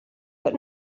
but